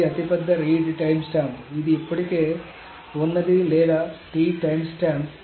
ఇది అతిపెద్ద read timestamp ఇది ఇప్పటికే ఉన్నది లేదా T టైమ్స్టాంప్